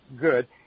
good